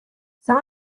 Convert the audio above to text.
some